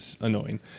annoying